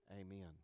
amen